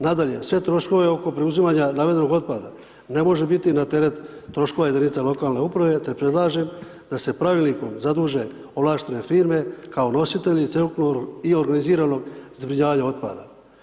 Nadalje, sve troškove oko preuzimanja navedenog otpada ne može biti na teret troškova jedinica lokalne uprave te predlažem da se pravilnikom zaduže ovlaštene firme kao nositelji cjelokupnog i organiziranog zbrinjavanja otpada.